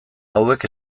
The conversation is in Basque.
hauek